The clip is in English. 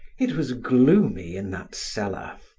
it was gloomy in that cellar,